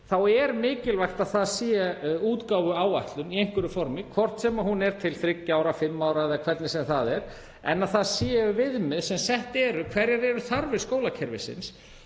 þá er mikilvægt að það sé útgáfuáætlun í einhverju formi, hvort sem hún er til þriggja ára, fimm ára eða hvernig sem það er, en að það séu viðmið sem sett eru. Hverjar eru þarfir skólakerfisins?